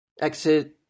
Exit –